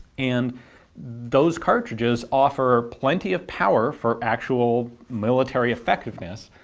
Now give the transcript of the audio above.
and those cartridges offer plenty of power for actual military effectiveness,